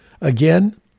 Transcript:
Again